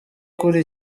kuri